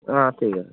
অ' ঠিক আছে